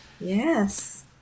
Yes